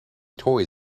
toys